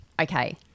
Okay